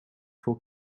voor